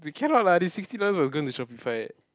we cannot lah this sixty dollars will go into Shopify eh